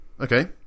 Okay